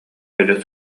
өлө